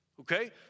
Okay